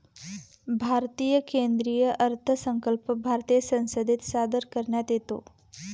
भारतीय केंद्रीय अर्थसंकल्प भारतीय संसदेत सादर करण्यात येतो